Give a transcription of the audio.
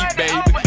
baby